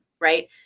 right